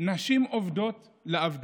נשים עובדות לעבדות,